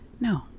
No